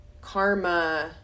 karma